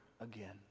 again